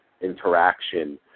interaction